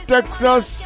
Texas